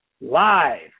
live